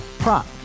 Prop